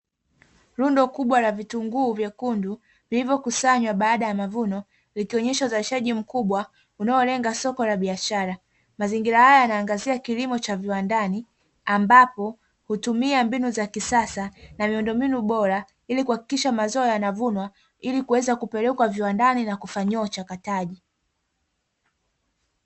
Rundo kubwa la vitunguu vyekundu vilivyokusanywa baada ya mavuno likionesha uzalishaji mkubwa unaolenga soko la biashara. Mazingira haya yanaangalizia kilimo cha viwandani, ambapo hutumia mbinu za kisasa na miundo mbinu bora ili kuhakikisha mazao yanavunwa ilikuweza kupelekwa viwandani na kufanyiwa uchakataji.